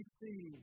see